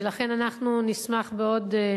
ולכן אנחנו נשמח בעוד